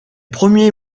premiers